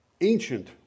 ancient